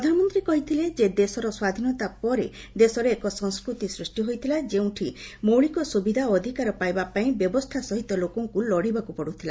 ପ୍ରଧାନମନ୍ତ୍ରୀ କହିଥିଲେ ଯେ ଦେଶର ସ୍ୱାଧୀନତା ପରେ ଦେଶରେ ଏକ ସଂସ୍କୃତି ସୂଷ୍ଟି ହୋଇଥିଲା ଯେଉଁଠି ମୌଳିକ ସୁବିଧା ଓ ଅଧିକାର ପାଇବା ପାଇଁ ବ୍ୟବସ୍ଥା ସହିତ ଲୋକଙ୍କୁ ଲଢ଼ିବାକୁ ପଡ଼ୁଥିଲା